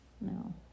no